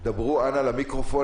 דברו למיקרופון,